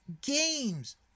games